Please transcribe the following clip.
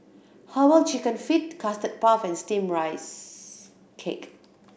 Herbal Chicken Feet Custard Puff and Steamed Rice Cake